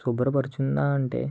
శుభ్రపరుచుదాం అంటే